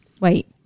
Wait